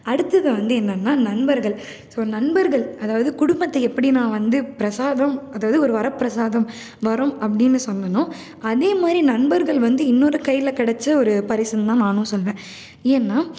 அடுத்தது வந்து என்னென்னால் நண்பர்கள் ஸோ நண்பர்கள் அதாவது குடும்பத்தை எப்படி நான் வந்து பிரசாதம் அதாவது ஒரு வரப்பிரசாதம் வரம் அப்படின்னு சொன்னேன்னோ அதேமாதிரி நண்பர்கள் வந்து இன்னொரு கையில் கிடச்ச ஒரு பரிசுனுதான் நானும் சொல்லுவேன் ஏன்னா